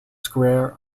square